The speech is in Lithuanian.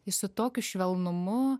jis su tokiu švelnumu